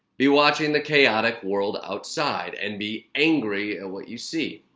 be watching the chaotic world outside and be angry at what you see.